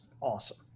awesome